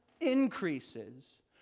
increases